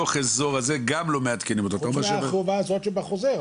חוץ מהחובה שבחוזר,